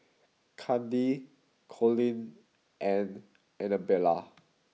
Kandi Colin and Annabella